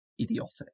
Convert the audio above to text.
idiotic